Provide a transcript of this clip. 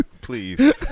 Please